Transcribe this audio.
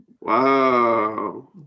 Wow